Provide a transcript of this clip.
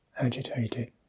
agitated